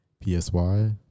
P-S-Y